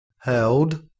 Held